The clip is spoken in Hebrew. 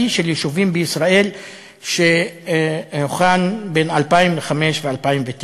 של יישובים בישראל שהוכן בין 2005 ל-2009.